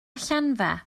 allanfa